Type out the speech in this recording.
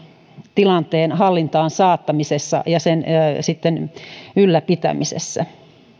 tilanteen hallintaan saattamisessa ja sen ylläpitämisessä